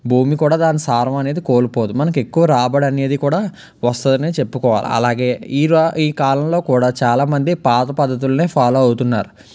భూమి కూడా దాన్ని సారవనేది కోల్పోదు మనకి ఎక్కువ రాబడి అనేది కూడా వస్తదనే చెప్పుకోవాలి అలాగే ఈ కాలంలో కూడా చాలామంది పాత పద్ధతులనే ఫాలో అవుతున్నారు